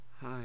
hi